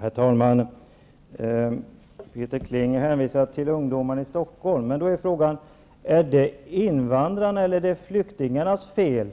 Herr talman! Peter Kling hänvisar till ungdomarna i Stockholm. Då blir frågan: Är det invandrarnas eller flyktingarnas fel